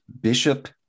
Bishop